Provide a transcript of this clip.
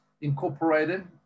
incorporated